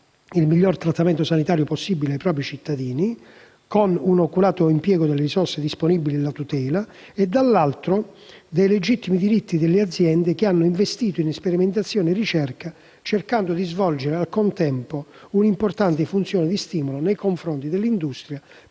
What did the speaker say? il miglior trattamento sanitario possibile ai propri cittadini con un oculato impiego delle risorse disponibili e, dall'altro, la tutela dei legittimi diritti delle aziende che hanno investito in sperimentazione e ricerca, cercando di svolgere al contempo un'importante funzione di stimolo nei confronti dell'industria